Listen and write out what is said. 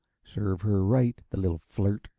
serve her right, the little flirt